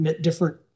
different